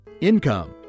income